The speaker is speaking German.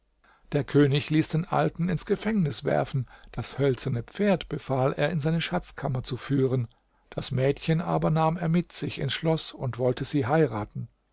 der könig ließ den alten ins gefängnis werfen das hölzerne pferd befahl er in seine schatzkammer zu führen das mädchen aber nahm er mit sich ins schloß und wollte sie heiraten